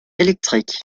électrique